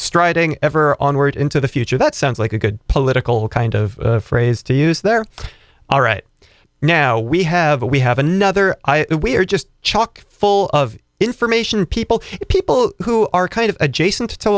striding ever onward into the future that sounds like a good political kind of phrase to use there are right now we have a we have another we are just chock full of information people people who are kind of adjacent to